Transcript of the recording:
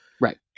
Right